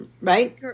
right